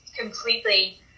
completely